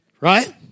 right